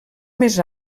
més